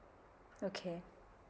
okay